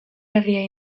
herria